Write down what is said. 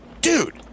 Dude